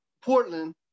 Portland